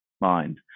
mind